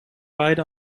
beide